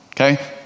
Okay